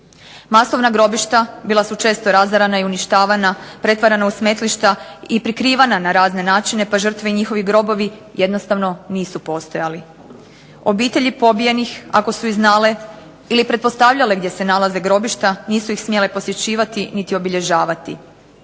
Masovna grobišta bila su često razarana i uništavana, pretvarana u smetlišta, i prikrivana na razne načine, pa žrtve i njihovi grobovi jednostavno nisu postojali. Obitelji pobijenih, ako su i znale ili pretpostavljale gdje se nalaze grobišta nisu ih smjele posjećivati niti obilježavati.